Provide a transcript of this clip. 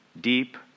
deep